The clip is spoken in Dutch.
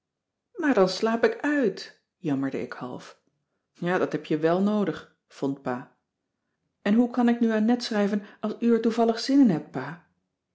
maar dan slaap ik uit jammerde ik half ja dat heb je wèl noodig vond pa en hoe kan ik nu aan net schrijven als u er toevallig zin in hebt pa